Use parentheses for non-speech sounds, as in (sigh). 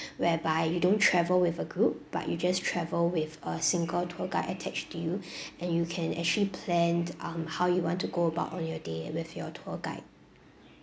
whereby you don't travel with a group but you just travel with a single tour guide attached to you (breath) and you can actually plan um how you want to go about on your day with your tour guide